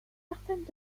certaines